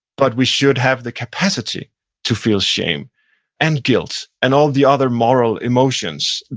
but we should have the capacity to feel shame and guilt, and all the other moral emotions,